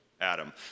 Adam